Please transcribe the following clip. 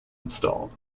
installed